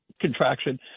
contraction